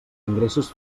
ingressos